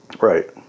right